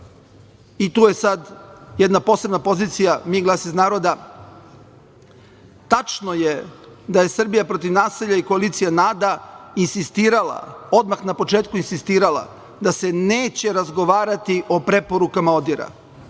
i tu je sad jedna posebna pozicija, MI - Glas iz naroda, tačno je da je "Srbija protiv nasilja" i koalicija NADA insistirala odmah na početku da se neće razgovarati o preporukama ODIHR-a